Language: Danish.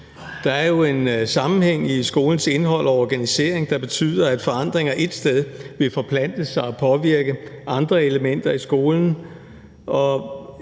Der er jo en sammenhæng i skolens indhold og organisering, der betyder, at forandringer et sted vil forplante sig og påvirke andre elementer i skolen.